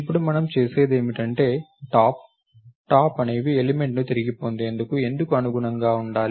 ఇప్పుడు మనం చేసేదేమిటంటే టాప్ టాప్ అనేవి ఎలిమెంట్ ని తిరిగి పొందేందుకు ఎందుకు అనుగుణంగా ఉండాలి